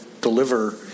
deliver